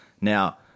Now